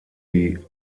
die